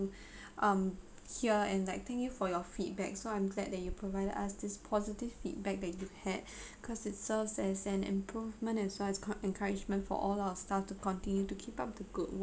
um here and I'd like thank you for your feedback so I'm glad that you provided us this positive feedback that you had cause it serves as an improvement as well as encouragement for all our staff to continue to keep up the good work